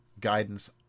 guidance